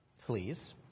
Please